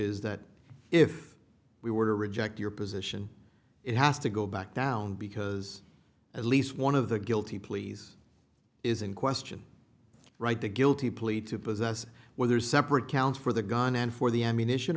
is that if we were to reject your position it has to go back down because at least one of the guilty pleas is in question right the guilty plea to possess whether separate counts for the gun and for the ammunition